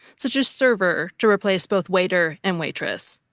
such as server to replace both waiter and waitress.